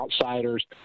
outsiders